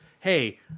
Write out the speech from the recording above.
hey